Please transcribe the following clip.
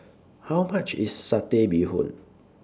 How much IS Satay Bee Hoon